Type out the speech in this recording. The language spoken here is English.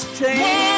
change